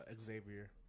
Xavier